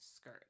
skirt